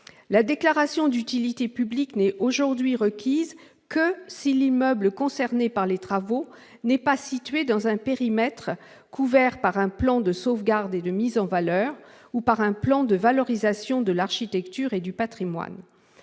« Malraux ». La DUP n'est aujourd'hui requise que si l'immeuble concerné par les travaux n'est pas situé dans un périmètre couvert par un plan de sauvegarde et de mise en valeur ou par un plan de valorisation de l'architecture et du patrimoine.